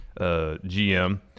GM